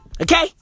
Okay